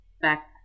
back